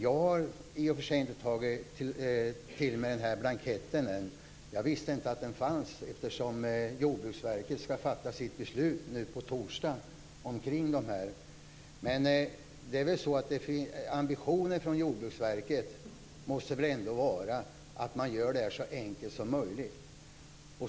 Jag har inte sett blanketten än. Jag visste inte att den fanns, eftersom Jordbruksverket skall fatta beslut i frågan på torsdag. Ambitionen från Jordbruksverkets sida måste vara att göra detta så enkelt som möjligt.